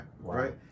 right